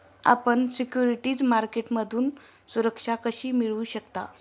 आपण सिक्युरिटीज मार्केटमधून सुरक्षा कशी मिळवू शकता?